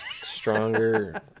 stronger